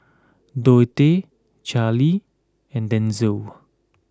Dontae Charlie and Denzell